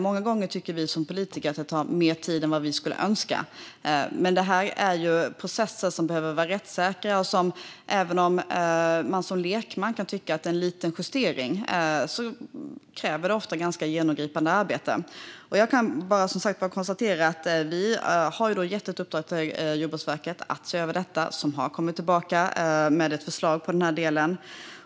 Många gånger tycker vi som politiker att det tar mer tid än vad vi skulle önska. Men det här är ju processer som behöver vara rättssäkra. Även om man som lekman kan tycka att det är fråga om en liten justering krävs ofta ganska genomgripande arbete. Vi har som sagt gett ett uppdrag till Jordbruksverket att se över detta, och de har kommit tillbaka med ett förslag.